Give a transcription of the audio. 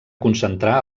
concentrar